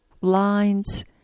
lines